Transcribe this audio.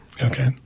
Okay